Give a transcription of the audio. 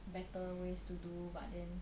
better ways to do but then